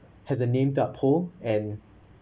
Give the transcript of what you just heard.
has a name that poor and